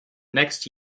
next